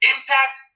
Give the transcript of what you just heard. Impact